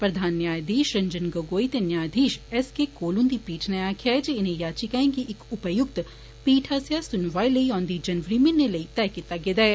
प्रधान न्यायघीश रंजन गगोई ते न्यायधीश एस के कोल हुन्दी पीठ नै आक्खेआ ऐ जे इनें याचिकाएं गी इक उपयुक्त पीठ आस्सेआ सुनवाई लेई औन्दी जनवरी म्हीने लेई तय कीता गेदा ऐ